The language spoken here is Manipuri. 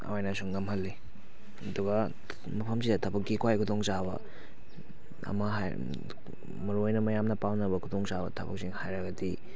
ꯑꯣꯏꯅꯁꯨ ꯉꯝꯍꯜꯂꯤ ꯑꯗꯨꯒ ꯃꯐꯝꯁꯤꯗ ꯊꯕꯛꯀꯤ ꯈ꯭ꯋꯥꯏ ꯈꯨꯗꯣꯡꯆꯥꯕ ꯑꯃ ꯃꯔꯨꯑꯣꯏꯅ ꯃꯌꯥꯝꯅ ꯄꯥꯝꯅꯕ ꯈꯨꯗꯣꯡꯆꯥꯕ ꯊꯕꯛꯁꯤꯡ ꯍꯥꯏꯔꯒꯗꯤ